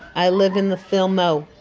i live in the fill mo.